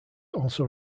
also